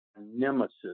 nemesis